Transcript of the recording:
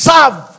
Serve